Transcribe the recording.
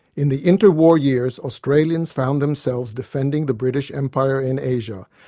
in the interwar years australians found themselves defending the british empire in asia,